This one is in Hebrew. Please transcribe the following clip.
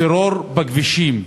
טרור בכבישים.